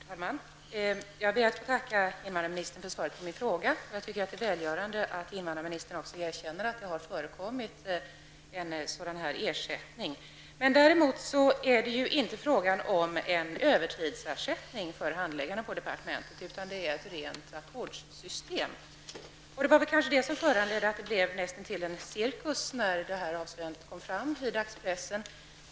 Herr talman! Jag ber att få tacka invandrarministern för svaret på min fråga. Jag tycker att det är välgörande att invandrarministern erkänner att det har förekommit en ersättning. Däremot är det inte fråga om en övertidsersättning för handläggarna på departementet, utan det är fråga om ett rent ackordssystem. Det var väl det som föranledde att det blev näst intill en cirkus när avslöjandena kom fram i dagspressen.